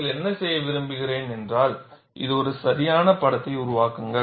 நீங்கள் என்ன செய்ய விரும்புகிறேன் இது ஒரு சரியான படத்தை உருவாக்குங்கள்